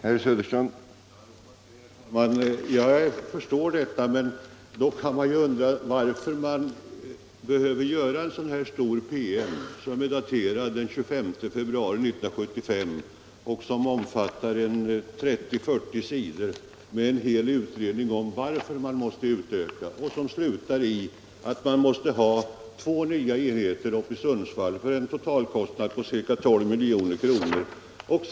Herr talman! Jag förstår detta, men då kan man undra varför det måste göras upp en så stor PM i frågan. Den är ju daterad den 25 februari 1975 och omfattar 30-40 sidor. Där redovisas en hel utredning om varför man måste utöka datamaskinutrustningen. Promemorian slutar med att man måste ha två nya enheter i Sundsvall för en totalkostnad på ca 12 milj.kr.